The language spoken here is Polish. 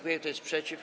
Kto jest przeciw?